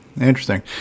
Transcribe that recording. Interesting